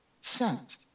sent